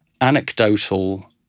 anecdotal